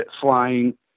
flying